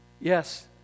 Yes